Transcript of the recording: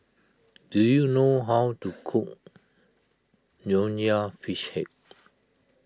do you know how to cook Nonya Fish Head